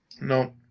No